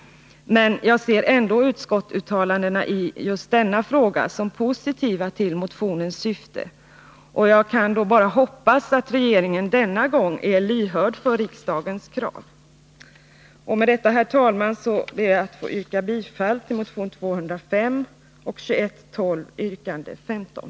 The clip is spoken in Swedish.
Men jag ser ändå utskottsuttalandena i just denna fråga som positiva till motionens syfte, och jag kan bara hoppas att regeringen denna gång är lyhörd för riksdagens krav. Med detta, herr talman, ber jag att få yrka bifall till motion 205 och motion 2112 yrkande 15.